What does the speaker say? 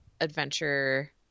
adventure